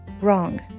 wrong